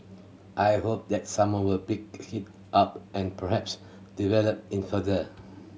I hope that someone will pick hit up and perhaps develop in further